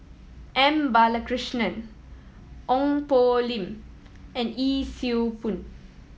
M Balakrishnan Ong Poh Lim and Yee Siew Pun